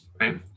right